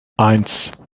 eins